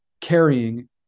carrying